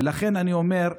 ולכן אני אומר: